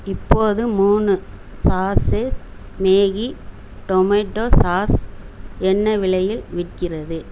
இப்போது மூணு sachet Maggi tomato sauce என்ன விலையில் விற்கிறது